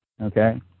okay